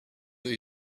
that